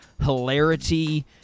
hilarity